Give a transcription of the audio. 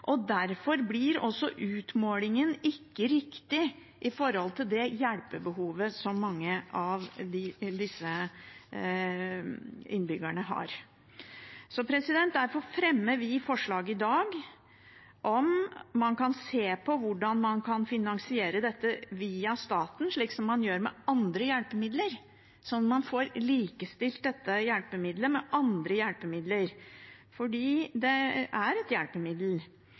og derfor blir ikke utmålingen riktig i forhold til det hjelpebehovet som mange av disse innbyggerne har. Derfor fremmer vi i dag forslag om man kan se på hvordan man kan finansiere dette via staten, som man gjør med andre hjelpemidler, sånn at man får likestilt dette hjelpemiddelet med andre hjelpemidler – fordi det er et hjelpemiddel.